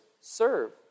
serve